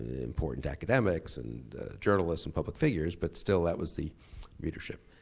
important academics and journalists and public figures, but still, that was the readership.